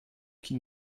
qui